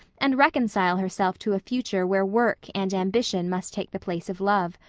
and reconcile herself to a future where work and ambition must take the place of love.